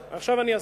עכשיו אני אסביר.